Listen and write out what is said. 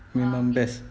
memang best